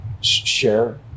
share